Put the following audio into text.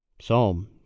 Psalm